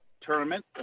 tournament